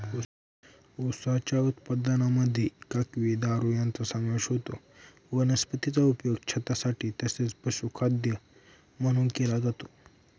उसाच्या उत्पादनामध्ये काकवी, दारू यांचा समावेश होतो वनस्पतीचा उपयोग छतासाठी तसेच पशुखाद्य म्हणून केला जातो